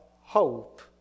hope